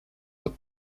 but